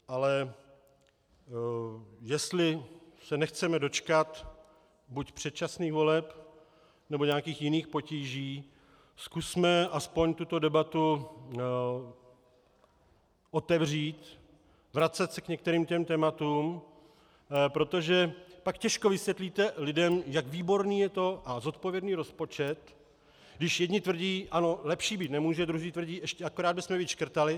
Ale jestli se nechceme dočkat buď předčasných voleb, nebo nějakých jiných potíží, zkusme aspoň tuto debatu otevřít, vracet se k některým tématům, protože pak těžko vysvětlíte lidem, jak výborný je to a zodpovědný rozpočet, když jedni tvrdí: ano, lepší být nemůže, a druzí tvrdí: akorát bychom víc škrtali.